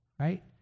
Right